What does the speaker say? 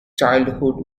childhood